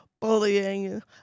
bullying